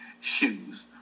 Shoes